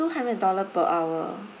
two hundred dollar per hour